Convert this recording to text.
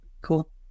Cool